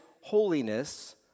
holiness